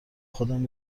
خودم